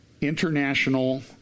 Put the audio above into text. International